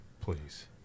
Please